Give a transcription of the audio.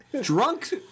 Drunk